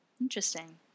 Interesting